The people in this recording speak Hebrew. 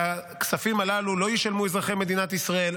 את הכספים הללו לא ישלמו אזרחי מדינת ישראל,